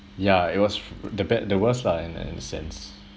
yeah it was the bad the worst lah in in a sense